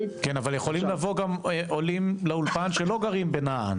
אבל יכולים לבוא גם עולים לאולפן שלא גרים בנען,